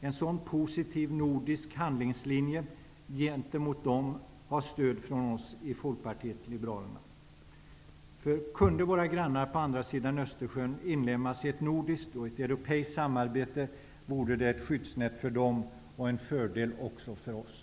En positiv nordisk handlingslinje gentemot de baltiska staterna har stöd från oss i Folkpartiet liberalerna. Det skulle vara ett skyddsnät för våra grannar på andra sidan Östersjön och en fördel för oss om de kunde inlemmas i ett nordiskt och europeiskt samarbete.